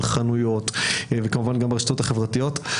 בחנויות וברשתות החברתיות.